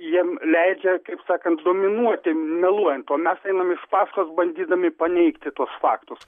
jiem leidžia kaip sakant dominuoti meluojant o mes einam iš pasakos bandydami paneigti tuos faktus